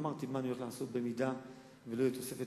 אמרתי מה אני הולך לעשות אם לא תהיה